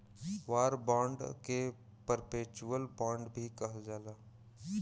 war bond के perpetual bond भी कहल जाला